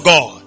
God